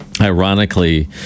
ironically